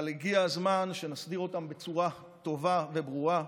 אבל הגיע הזמן שנסדיר אותם בצורה טובה וברורה,